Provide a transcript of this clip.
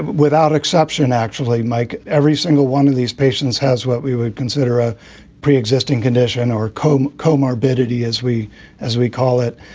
without exception, actually, mike. every single one of these patients has what we would consider a preexisting condition or combe co-morbidity as we as we call it.